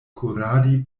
kuradi